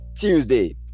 tuesday